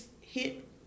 hit